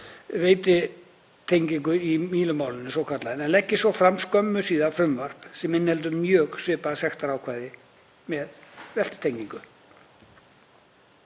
veltutengingu í Mílumálinu svokallaða en leggi svo fram skömmu síðar frumvarp sem inniheldur mjög svipað sektarákvæði með veltutengingu.